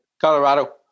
Colorado